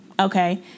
Okay